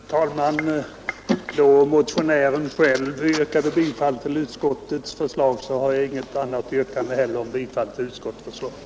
Herr talman! Då motionären själv yrkat bifall till utskottets förslag, har jag heller inget annat yrkande än om bifall till utskottets förslag.